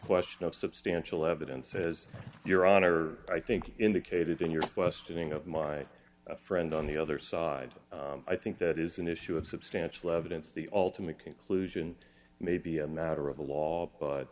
question of substantial evidence as your honor i think indicated in your questioning of my friend on the other side i think that is an issue of substantial evidence the ultimate conclusion may be a matter of the law but